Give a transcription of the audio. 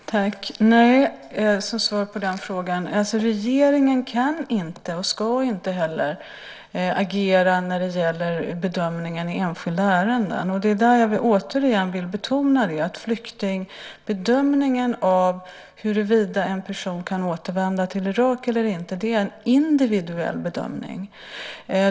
Herr talman! Nej, säger jag som svar på den frågan. Regeringen kan inte och ska inte heller agera när det gäller bedömningen i enskilda ärenden. Jag vill återigen betona att bedömningen av huruvida en person kan återvända till Irak eller inte är en individuell bedömning.